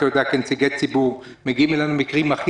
כנציגי ציבור מגיעים אלינו הרבה מקרים,